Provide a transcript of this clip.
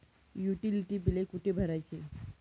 Utility बिले कुठे भरायची?